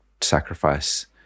sacrifice